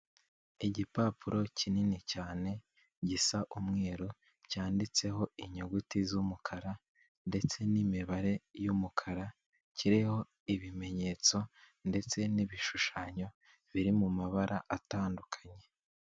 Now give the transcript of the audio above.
Igipapuro kinini cyane gisa umweru cyanditseho inyuguti z'umukara ndetse n'imibare y'umukara, kiriho ibimenyetso ndetse n'ibishushanyo biri mu mabara atandukanye.